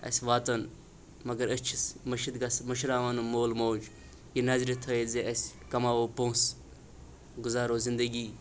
اَسہِ واتان مگر أسۍ چھِ سہٕ مٔشِد گژھان مٔشراوان یِم مول موج یہِ نظرِ تھٲیِتھ زِ اَسہِ کَماوو پونٛسہٕ گُزارو زِندگی